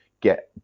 get